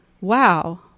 wow